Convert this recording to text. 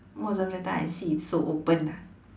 most of the time I see it's so open lah